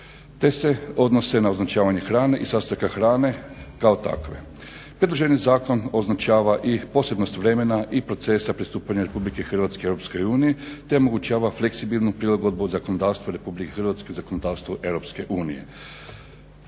te se odnose na označavanje hrane i sastojka hrane kao takve. Predloženi zakon označava i posebnost vremena i procesa pristupanja Republike Hrvatske EU te omogućava fleksibilnu prilagodbu zakonodavstva RH zakonodavstvu EU.